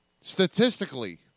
Statistically